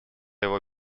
его